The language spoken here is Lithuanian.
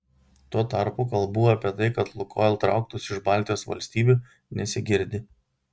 tuo tarpu kalbų apie tai kad lukoil trauktųsi iš baltijos valstybių nesigirdi